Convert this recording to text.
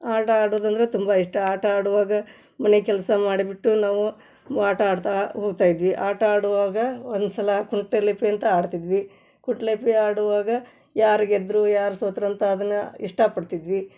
ಆಟ ಆಡುದಂದರೆ ತುಂಬ ಇಷ್ಟ ಆಟ ಆಡುವಾಗ ಮನೆ ಕೆಲಸ ಮಾಡಿಬಿಟ್ಟು ನಾವು ಆಟ ಆಡ್ತಾ ಹೋಗ್ತಾ ಇದ್ವಿ ಆಟ ಆಡುವಾಗ ಒಂದು ಸಲ ಕುಂಟೆಲಿಪಿ ಅಂತ ಆಡ್ತಿದ್ವಿ ಕುಟ್ಲೆಪಿ ಆಡುವಾಗ ಯಾರು ಗೆದ್ದರು ಯಾರು ಸೋತ್ರು ಅಂತ ಅದನ್ನು ಇಷ್ಟಪಡ್ತಿದ್ವಿ